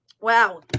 Wow